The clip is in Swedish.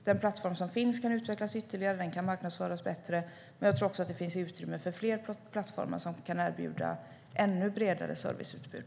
Den plattform som finns kan utvecklas ytterligare och den kan marknadsföras bättre, men jag tror också att det finns utrymme för fler plattformar som kan erbjuda ännu bredare serviceutbud.